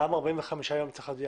למה 45 ימים.